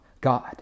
God